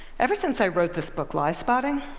ever since i wrote this book, liespotting,